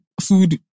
food